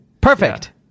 Perfect